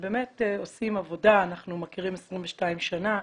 שבאמת עושים עבודה אנחנו מכירים 22 שנה,